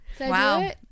wow